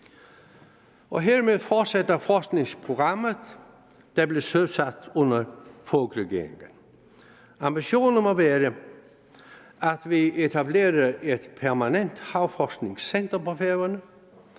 Og hermed fortsætter forskningsprogrammet, der blev søsat under Foghregeringen. Ambitionen er, at vi etablerer et permanent havforskningscenter på Færøerne.